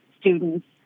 students